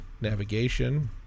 navigation